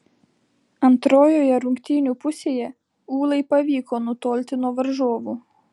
antrojoje rungtynių pusėje ūlai pavyko nutolti nuo varžovų